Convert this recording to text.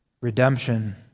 redemption